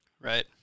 Right